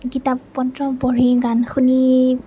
কিতাপ পত্ৰ পঢ়ি গান শুনি